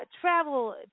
travel